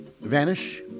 vanish